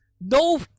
no